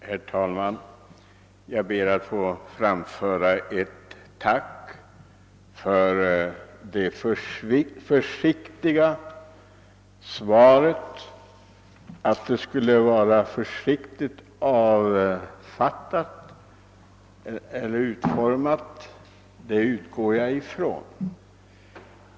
Herr talman! Jag ber att få framföra ett tack för det försiktiga svaret — ty att det är försiktigt utformat utgår jag ifrån.